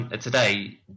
today